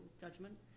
judgment